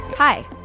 Hi